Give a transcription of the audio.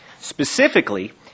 Specifically